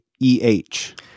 E-H